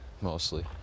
mostly